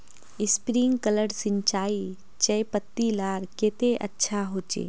Sprinkler सिंचाई चयपत्ति लार केते अच्छा होचए?